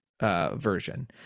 Version